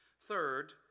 Third